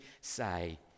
say